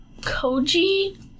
Koji